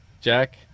Jack